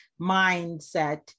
mindset